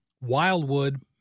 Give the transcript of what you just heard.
Wildwood